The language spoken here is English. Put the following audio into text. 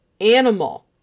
animal